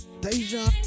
Deja